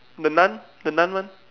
the nun the nun one